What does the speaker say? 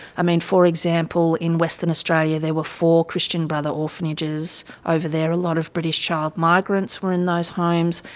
um and for example, in western australia there were four christian brother orphanages over there, a lot of british child migrants were in those homes,